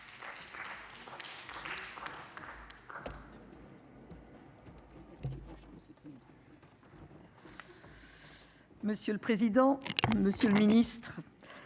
Merci,